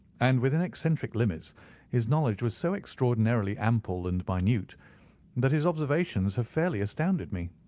and within eccentric limits his knowledge was so extraordinarily ample and minute that his observations have fairly astounded me.